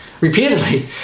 repeatedly